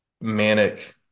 manic